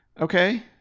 okay